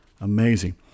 Amazing